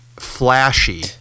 Flashy